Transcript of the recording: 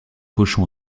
cochon